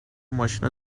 ماشینو